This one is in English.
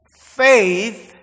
faith